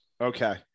Okay